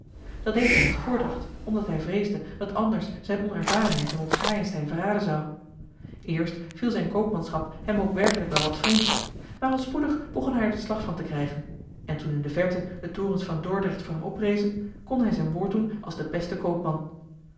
dat deed hij met voordacht omdat hij vreesde dat anders zijne onervarenheid hem op crayenstein verraden zou eerst viel zijne koopmanschap hem ook werkelijk wel wat vreemd maar al spoedig begon hij er den slag van te krijgen en toen in de verre de torens van dordrecht voor hem oprezen kon hij zijn woord doen als de beste koopman